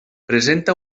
presenta